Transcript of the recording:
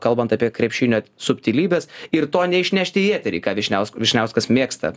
kalbant apie krepšinio subtilybes ir to neišnešti į eterį ką vyšniaus vyšniauskas mėgsta